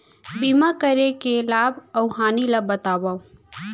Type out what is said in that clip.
बीमा करे के लाभ अऊ हानि ला बतावव